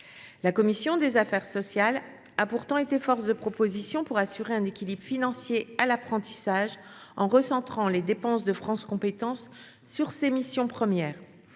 La commission des affaires sociales a pourtant été force de proposition pour assurer un équilibre financier à l’apprentissage, en suggérant de recentrer les dépenses de France Compétences sur ses missions premières.